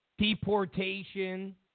deportation